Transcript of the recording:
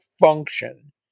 function